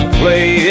play